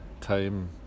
time